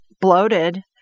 bloated